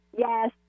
Yes